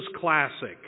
classic